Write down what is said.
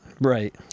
Right